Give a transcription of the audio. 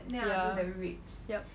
ya yup